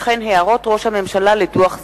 וכן הערות ראש הממשלה לדוח זה.